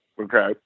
okay